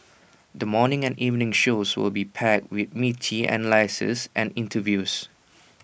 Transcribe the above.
the morning and evening shows will be packed with meaty analyses and interviews